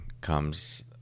comes